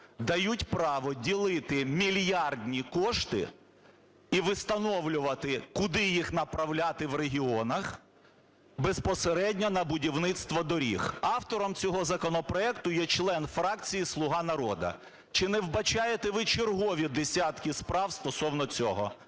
дають право ділити мільярдні кошти і встановлювати, куди їх направляти в регіонах безпосередньо на будівництво доріг. Автором цього законопроекту є член фракції "Слуга народу". Чи не вбачаєте ви чергові десятки справ стосовно цього?